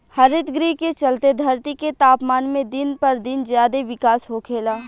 हरितगृह के चलते धरती के तापमान में दिन पर दिन ज्यादे बिकास होखेला